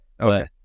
Okay